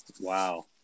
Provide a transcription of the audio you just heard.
Wow